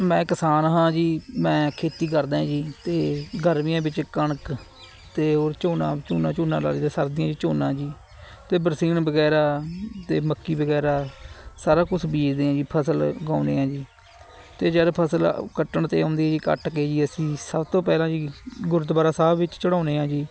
ਮੈਂ ਕਿਸਾਨ ਹਾਂ ਜੀ ਮੈਂ ਖੇਤੀ ਕਰਦਾ ਹੈ ਜੀ ਅਤੇ ਗਰਮੀਆਂ ਵਿੱਚ ਕਣਕ ਅਤੇ ਹੋਰ ਝੋਨਾ ਝੁਨਾ ਝੋਨਾ ਲਾ ਲਈਦਾ ਸਰਦੀਆਂ 'ਚ ਝੋਨਾ ਜੀ ਅਤੇ ਬਰਸੀਨ ਵਗੈਰਾ ਅਤੇ ਮੱਕੀ ਵਗੈਰਾ ਸਾਰਾ ਕੁਛ ਬੀਜਦੇ ਹਾਂ ਜੀ ਫਸਲ ਉਗਾਉਂਦੇ ਹਾਂ ਜੀ ਅਤੇ ਜਦ ਫਸਲ ਕੱਟਣ 'ਤੇ ਆਉਂਦੀ ਆ ਜੀ ਕੱਟ ਕੇ ਅਸੀਂ ਸਭ ਤੋਂ ਪਹਿਲਾਂ ਜੀ ਗੁਰਦੁਆਰਾ ਸਾਹਿਬ ਵਿੱਚ ਚੜਾਉਂਦੇ ਹਾਂ ਜੀ